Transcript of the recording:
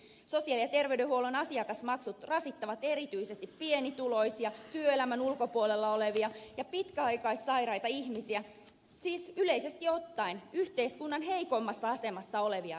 sosiaali ja terveydenhuollon asiakasmaksut rasittavat erityisesti pienituloisia työelämän ulkopuolella olevia ja pitkäaikaissairaita ihmisiä siis yleisesti ottaen yhteiskunnan heikoimmassa asemassa olevia ryhmiä